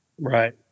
Right